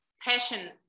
passion